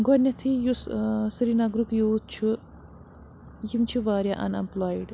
گۄڈنیٚتھٕے یُس سرینَگرُک یوٗتھ چھُ یِم چھِ واریاہ اَن ایٚمپٕلایِڈ